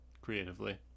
creatively